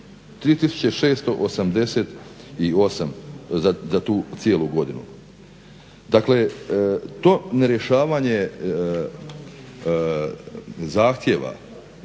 3688 za tu cijelu godinu. Dakle to nerješavanje zahtjeva,